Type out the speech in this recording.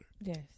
Yes